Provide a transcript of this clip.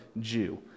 Jew